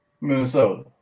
Minnesota